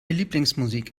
lieblingsmusik